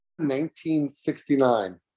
1969